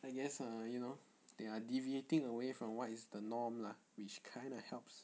I guess uh you know they are deviating away from what is the norm lah which kind of helps